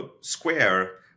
Square